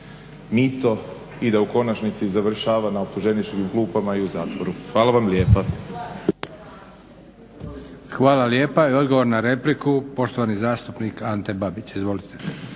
mito i da u konačnici završava na optuženičkim klupama i u zatvoru. Hvala vam lijepa. **Leko, Josip (SDP)** Hvala lijepa. Odgovor na repliku, poštovani zastupnik Ante Babić. Izvolite.